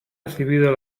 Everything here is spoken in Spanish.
recibido